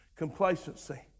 complacency